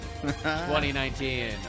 2019